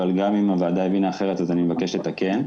אבל גם אם הוועדה הבינה אחרת אז אני מבקש לתקן.